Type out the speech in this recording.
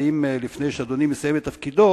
האם לפני שאדוני מסיים את תפקידו